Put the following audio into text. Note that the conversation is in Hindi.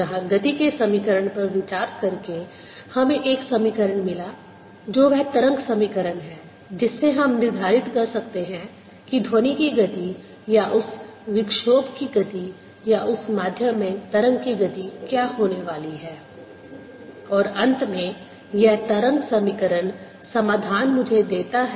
इसलिए हम है जिससे यह x पर निर्भर करता है और आयाम y और z से स्वतंत्र होते हैं